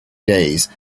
days